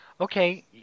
okay